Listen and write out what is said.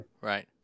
right